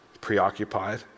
preoccupied